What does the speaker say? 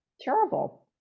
terrible